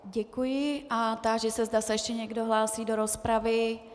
Děkuji a táži se, zda se ještě někdo hlásí do rozpravy.